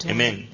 Amen